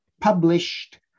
published